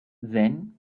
then